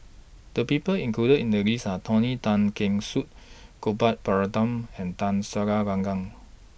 The People included in The list Are Tony Tan Keng Su Gopal Baratham and Tun Sri Lanang